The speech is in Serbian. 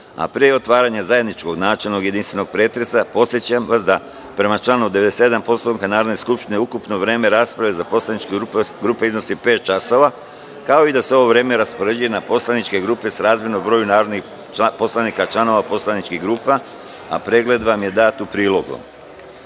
a pre otvaranja zajedničkog načelnog i jedinstvenog pretresa, podsećam vas da prema članu 97. Poslovnika Narodne skupštine, ukupno vreme rasprave za poslaničke grupe iznosi pet časova, kao i da se ovo vreme raspoređuje na poslaničke grupe srazmerno broju narodnih poslanika, članova poslaničkih grupa, a pregled vam je dat u prilogu. Molim